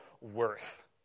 worth